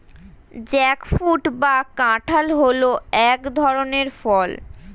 jackfruit বা কাঁঠাল হল এক ধরনের ফল